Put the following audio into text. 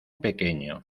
pequeño